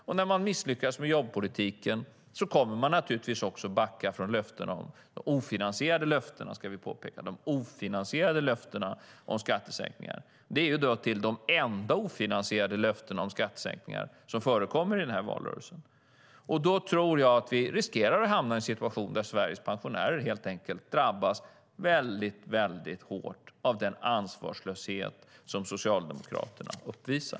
Och när man misslyckas med jobbpolitiken kommer man naturligtvis att backa från de ofinansierade löftena, ska påpekas, om skattesänkningar, vilka är de enda ofinansierade löften om skattesänkningar som förekommer i den här valrörelsen. Då tror jag att vi riskerar att hamna i en situation där Sveriges pensionärer helt enkelt drabbas väldigt hårt av den ansvarslöshet som Socialdemokraterna uppvisar.